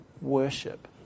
worship